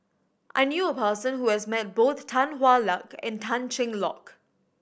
I knew a person who has met both Tan Hwa Luck and Tan Cheng Lock